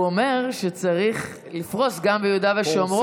הוא אומר שצריך לפרוס גם ביהודה ושומרון.